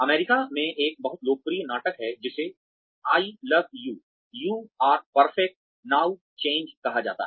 America में एक बहुत लोकप्रिय नाटक है जिसे I love you you are perfect now change कहा जाता है